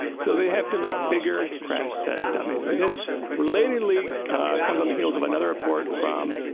so they have to make bigger crash test dummies and this relatedly comes on the heels of another report from